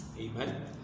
Amen